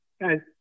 Guys